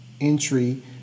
entry